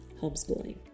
homeschooling